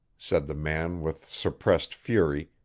said the man with suppressed fury,